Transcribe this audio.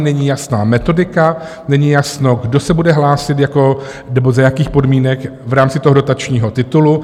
Není jasná metodika, není jasno, kdo se bude hlásit nebo za jakých podmínek v rámci toho dotačního titulu.